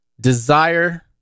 desire